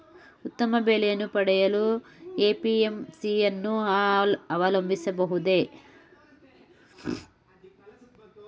ಉತ್ತಮ ಬೆಲೆಯನ್ನು ಪಡೆಯಲು ಎ.ಪಿ.ಎಂ.ಸಿ ಯನ್ನು ಅವಲಂಬಿಸಬಹುದೇ?